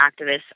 activists